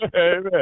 Amen